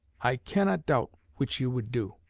i cannot doubt which you would do.